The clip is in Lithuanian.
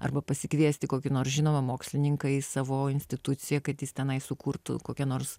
arba pasikviesti kokį nors žinomą mokslininką į savo instituciją kad jis tenai sukurtų kokią nors